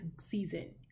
season